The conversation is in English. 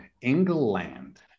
England